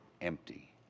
empty